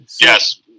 Yes